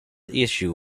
issue